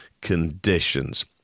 conditions